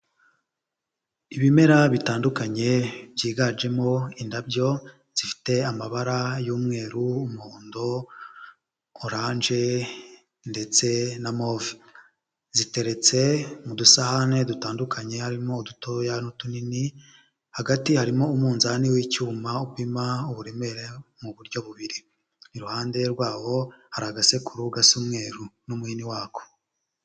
Ibimera bitandukanye byiganjemo indabyo zifite amabara y'umweru, umuhondo, oranje ndetse na move, ziteretse mu dusahane dutandukanye harimo udutoya n'utunnini, hagati harimo umunzani w'icyuma upima uburemere mu buryo bubiri, iruhande rwaho hari agasekuru gasa umweru n'umuhini wako.